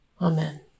Amen